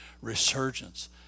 resurgence